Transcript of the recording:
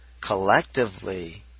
collectively